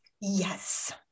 Yes